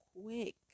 quick